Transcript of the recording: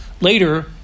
Later